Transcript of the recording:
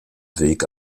weg